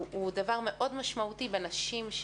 הוא דבר מאוד משמעותי בצמיחת נשים,